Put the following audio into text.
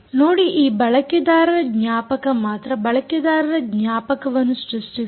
ನೋಡಿ ಈ ಬಳಕೆದಾರರ ಜ್ಞಾಪಕ ಮಾತ್ರ ಬಳಕೆದಾರ ಜ್ಞಾಪಕವನ್ನು ಸೃಷ್ಟಿಸಿದೆ